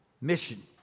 mission